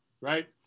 Right